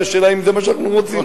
והשאלה אם זה מה שאנחנו רוצים.